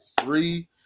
three